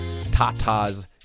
tatas